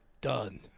Done